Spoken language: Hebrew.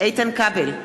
איתן כבל,